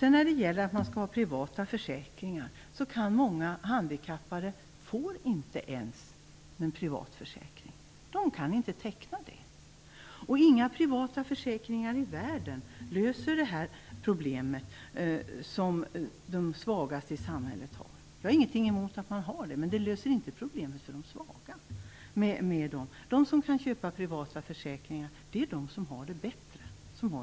Vad gäller privata försäkringar får många handikappade inte en sådan. De kan inte teckna en privat försäkring. Inga privata försäkringar i världen löser de problem som de svagaste i samhället har. Jag har inget emot att man har sådana försäkringar, med det löser inte problemen för de svaga. De som kan köpa privata försäkringar är de som har